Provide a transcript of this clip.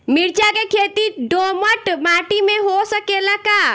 मिर्चा के खेती दोमट माटी में हो सकेला का?